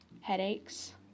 headaches